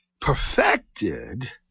perfected